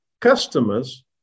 customers